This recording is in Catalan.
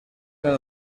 una